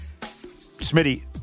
Smitty